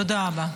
תודה רבה.